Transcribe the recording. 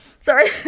Sorry